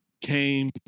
came